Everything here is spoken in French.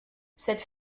cette